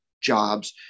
jobs